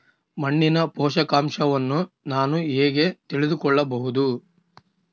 ಮಣ್ಣಿನ ಪೋಷಕಾಂಶವನ್ನು ನಾನು ಹೇಗೆ ತಿಳಿದುಕೊಳ್ಳಬಹುದು?